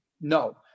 no